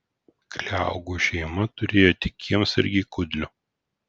kliaugų šeima turėjo tik kiemsargį kudlių